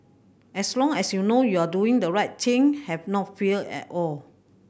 as long as you know you are doing the right thing have no fear at all